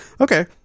Okay